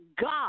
God